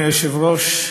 אדוני היושב-ראש,